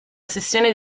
sessione